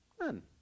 None